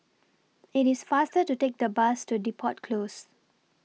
It's faster to Take The Bus to Depot Close